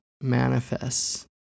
manifests